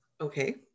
Okay